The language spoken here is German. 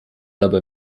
dabei